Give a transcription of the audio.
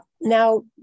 Now